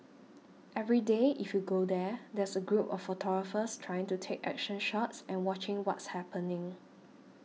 every day if you go there there's a group of photographers trying to take action shots and watching what's happening